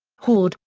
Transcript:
hoard,